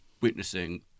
witnessing